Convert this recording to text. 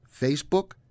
Facebook